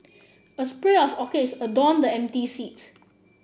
a spray of orchids adorned the empty seat